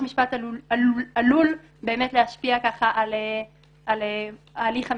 משפט עלול להשפיע על ההליך המשפטי,